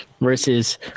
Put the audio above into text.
versus